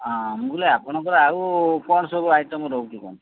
ହଁ ମୁଁ କହିଲି ଆପଣଙ୍କର ଆଉ କଣ ସବୁ ଆଇଟମ୍ ରହୁଛି କଣ